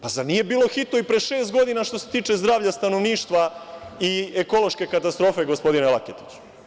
Pa, zar nije bilo hitno i pre šest godina što se tiče zdravlja stanovništva i ekološke katastrofe, gospodine Laketiću?